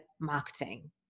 marketing